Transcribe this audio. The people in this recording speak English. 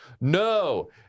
No